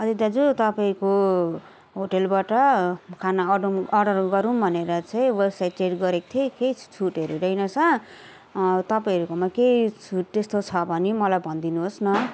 अजय दाजु तपाईँको होटलबाट खाना अडम अर्डर गरौँ भनेर चाहिँ वेबसाइट चेक गरेको थिएँ केही छुटहरू रहेनछ तपाईँहरूकोमा केही छुट त्यस्तो छ भने मलाई भनिदिनु होस् न